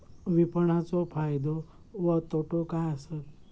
विपणाचो फायदो व तोटो काय आसत?